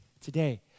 today